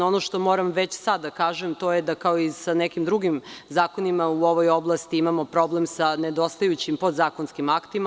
Ono što moram već sada da kažem, to je da, kao i sa nekim drugim zakonima u ovoj oblasti, imamo problem sa nedostajućim podzakonskim aktima.